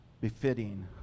befitting